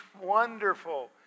wonderful